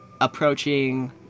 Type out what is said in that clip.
approaching